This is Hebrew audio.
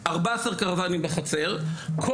ושני גנים שחוסמים את החצר; שישה מקלטים,